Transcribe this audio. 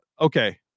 Okay